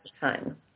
time